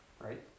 right